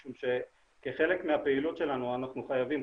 משום שכחלק מהפעילות שלנו אנחנו חייבים,